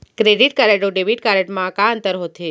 Credit card अऊ debit card मा का अंतर होथे?